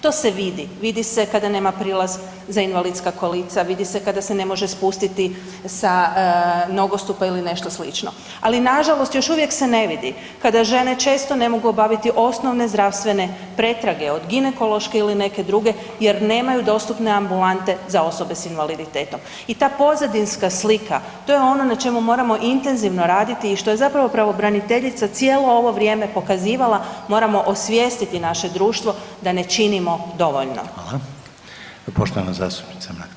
To se vidi, vidi se kad nema prilaz za invalidska kolica, vidi se kada se ne može spustiti sa nogostupa ili nešto slično, ali nažalost još uvijek se ne vidi kada žene često ne mogu obaviti osnovne zdravstvene pretrage, od ginekološke ili neke druge jer nemaju dostupne ambulante za osobe s invaliditetom i ta pozadinska slika, to je ono na čemu moramo intenzivno raditi i što je zapravo pravobraniteljica cijelo ovo vrijeme pokazivala, moramo osvijestiti naše društvo da ne činimo dovoljno.